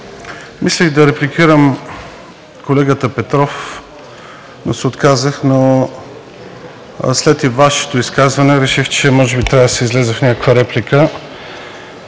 мислех да репликирам колегата Петров, но се отказах и след Вашето изказване реших, че може би трябва да се излезе с някаква реплика.